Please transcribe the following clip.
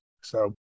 So-